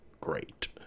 great